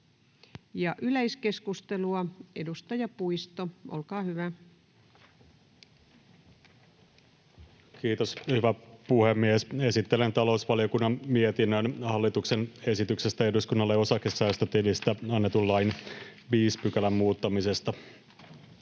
5 §:n muuttamisesta Time: 17:10 Content: Kiitos, hyvä puhemies! Esittelen talousvaliokunnan mietinnön hallituksen esityksestä eduskunnalle osakesäästötilistä annetun lain 5 §:n muuttamisesta.